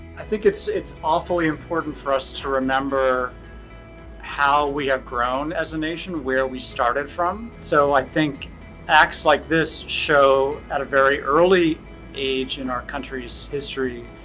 i think it's it's awfully important for us to remember how we have grown as a nation, where we started from, so i think acts like this show, at a very early age in our country's history,